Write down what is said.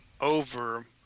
over